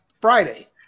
Friday